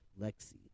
Lexi